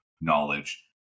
knowledge